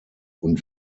und